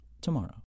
tomorrow